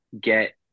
get